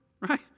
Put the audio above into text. right